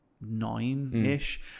Nine-ish